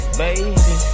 baby